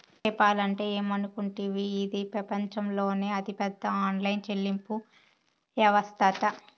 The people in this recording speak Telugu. పేపాల్ అంటే ఏమనుకుంటివి, ఇది పెపంచంలోనే అతిపెద్ద ఆన్లైన్ చెల్లింపు యవస్తట